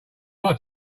not